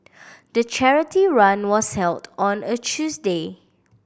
the charity run was held on a Tuesday